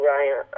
Ryan